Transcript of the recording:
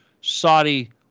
Saudi